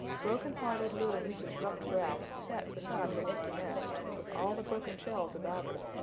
broken-hearted little mrs. ruffed grouse sat beside her empty nest, with all the broken shells about her.